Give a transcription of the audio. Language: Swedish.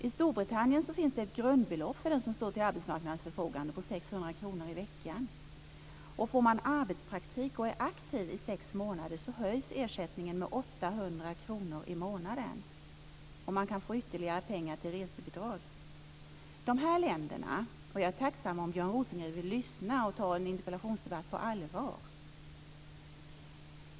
I Storbritannien finns det ett grundbelopp för den som står till arbetsmarknadens förfogande på 600 kr i veckan. Får man arbetspraktik och är aktiv i sex månader höjs ersättningen med 800 kr i månaden. Man kan få ytterligare pengar till resebidrag. Jag är tacksam om Björn Rosengren vill lyssna och ta interpellationsdebatten på allvar.